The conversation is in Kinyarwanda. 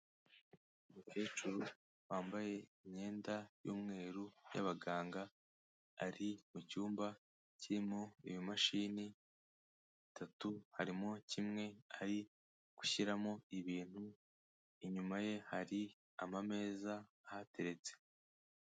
Umukecuru wambaye imyenda y'umweru y'abaganga, ari mu cyumba kirimo ibimashini bitatu, harimo kimwe ari gushyiramo ibintu, inyuma ye hari ameza ahateretse.